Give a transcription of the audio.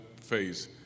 phase